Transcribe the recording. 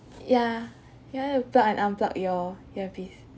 ya can you help to plug and unplug your earpiece